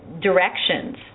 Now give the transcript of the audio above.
directions